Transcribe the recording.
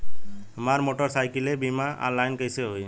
हमार मोटर साईकीलके बीमा ऑनलाइन कैसे होई?